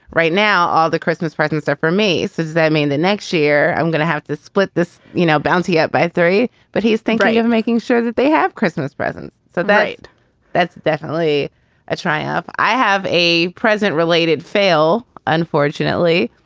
right now all the christmas presents are for me. so does that mean the next year i'm going to have to split this you know bounty up by three? but he's thinking of making sure that they have christmas presents, so that that's definitely a triumph. i have a present related fail, unfortunately.